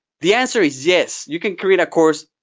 the answer is yes. you can create a course,